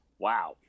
Wow